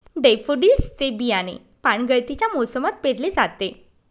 daffodils चे बियाणे पानगळतीच्या मोसमात पेरले जाते